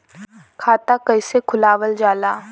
खाता कइसे खुलावल जाला?